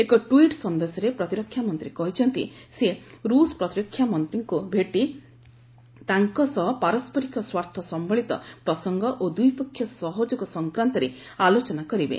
ଏକ ଟ୍ୱିଟ୍ ସନ୍ଦେଶରେ ପ୍ରତିରକ୍ଷାମନ୍ତ୍ରୀ କହିଛନ୍ତି ସେ ରୁଷ ପ୍ରତିରକ୍ଷାମନ୍ତ୍ରୀଙ୍କୁ ଭେଟି ତାଙ୍କ ସହ ପାରସ୍କରିକ ସ୍ୱାର୍ଥ ସମ୍ଭଳିତ ପ୍ରସଙ୍ଗ ଓ ଦ୍ୱିପକ୍ଷୀୟ ସହଯୋଗ ସଂକ୍ରାନ୍ତରେ ଆଲୋଚନା କରିବେ